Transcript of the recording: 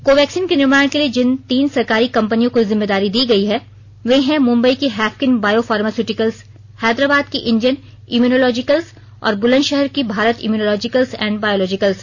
Covaxin के निर्माण के लिए जिन तीन सरकारी कंपनियों को जिम्मेदारी दी गई है वे हैं मुंबई की हैफकिन बायो फार्मास्युटिकल्स हैदराबाद की इंडियन इम्यूनोलॉजिकल्स और बुलंदशहर की भारत इम्यूनोलॉजिकल्स एंड बायोलोजिकल्स